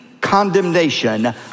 condemnation